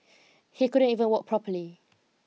he couldn't even walk properly